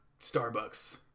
Starbucks